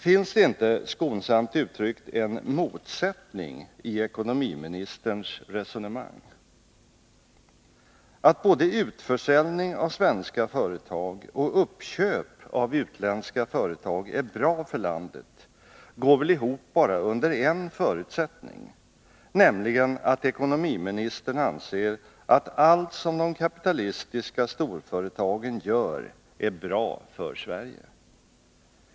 Finns det inte, skonsamt uttryckt, en motsättning i ekonomiministerns resonemang? Att både utförsäljning av svenska företag och uppköp av utländska företag är bra för landet går väl ihop bara under en förutsättning, nämligen att ekonomiministern anser att allt som de kapitalistiska storföretagen gör är bra för Sverige.